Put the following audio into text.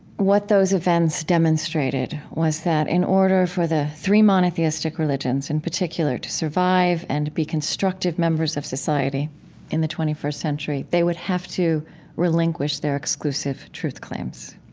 what those events demonstrated was that, in order for the three monotheistic religions, in particular, to survive and be constructive members of society in the twenty first century, they would have to relinquish their exclusive truth claims.